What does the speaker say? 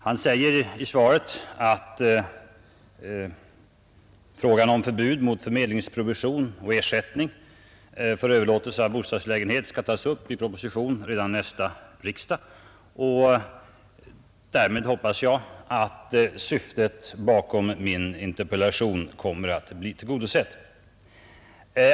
Justitieministern säger att frågan om förbud mot förmedlingsprovision och ersättning för överlåtelse av bostadslägenhet skall tas upp i en proposition som han räknar med att kunna förelägga nästa års riksdag. I det sammanhanget tycks syftet med min interpellation komma att bli tillgodosett.